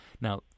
Now